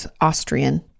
Austrian